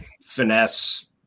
finesse